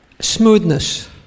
Smoothness